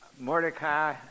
Mordecai